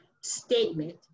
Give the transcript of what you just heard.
statement